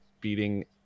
beating